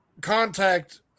contact